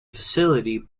facility